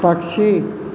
पक्षी